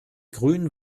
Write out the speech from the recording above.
grünen